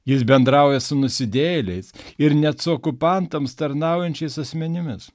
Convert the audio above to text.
jis bendrauja su nusidėjėliais ir net su okupantams tarnaujančiais asmenimis